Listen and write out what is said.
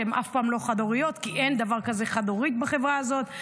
שהן אף פעם לא חד-הוריות כי אין דבר כזה חד-הורית בחברה הזאת,